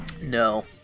No